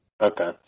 Okay